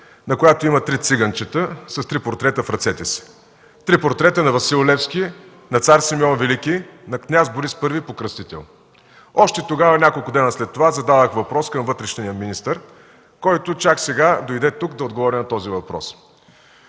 на която има три циганчета, с три портрета в ръцете си – три портрета на Васил Левски, на Цар Симеон Велики, на Княз Борис I Покръстител. Още тогава, няколко дни след това, зададох въпрос към вътрешния министър, който чак сега дойде тук, за да отговори на този въпрос.